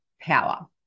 power